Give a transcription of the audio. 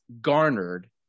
garnered